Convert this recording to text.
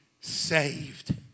saved